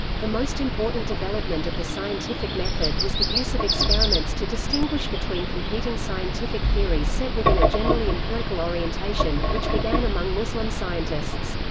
the most important development of the scientific method was the use of experiments to distinguish between competing scientific theories set within a generally empirical orientation, which began among muslim scientists.